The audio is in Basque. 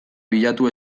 bilatu